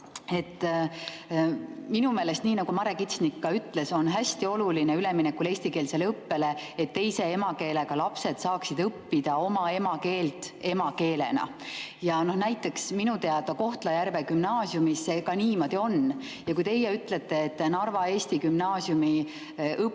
Minu meelest, nii nagu Mare Kitsnik ka ütles, on hästi oluline üleminekul eestikeelsele õppele, et teise emakeelega lapsed saaksid õppida oma emakeelt emakeelena. Näiteks minu teada Kohtla-Järve Gümnaasiumis see ka niimoodi on. Ja kui teie ütlete, et Narva Eesti Gümnaasiumi õpilastest